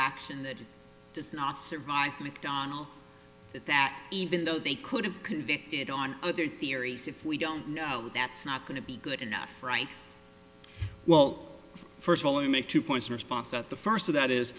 action that does not survive macdonald at that even though they could have convicted on other theories if we don't know that's not going to be good enough right well first of all you make two points in response that the first of that is